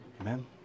Amen